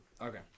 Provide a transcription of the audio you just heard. Okay